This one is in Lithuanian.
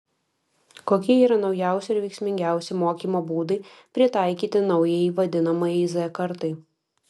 kokie yra naujausi ir veiksmingiausi mokymo būdai pritaikyti naujajai vadinamajai z kartai